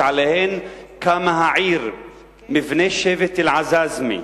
שעליהן קמה העיר מבני שבט אל-עזאזמה?